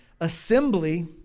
Assembly